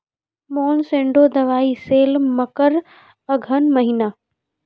Monsanto दवाई sale मकर अघन महीना,